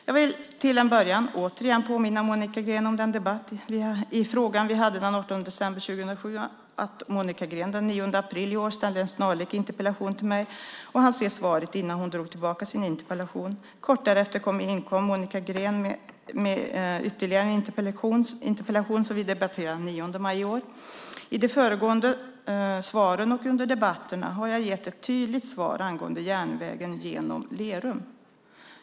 Jag vill till en början återigen påminna Monica Green om den debatt i frågan vi hade den 18 december 2007 och att Monica Green den 9 april i år ställde en snarlik interpellation till mig och hann se svaret innan hon drog tillbaka sin interpellation. Kort därefter inkom Monica Green med ytterligare en interpellation som vi debatterade den 9 maj i år. I de föregående svaren och under debatterna har jag gett ett tydligt svar angående järnvägen genom Lerum.